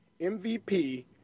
MVP